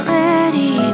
ready